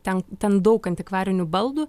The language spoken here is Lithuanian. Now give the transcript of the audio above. ten ten daug antikvarinių baldų